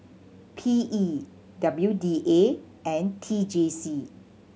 P E W D A and T J C